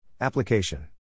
Application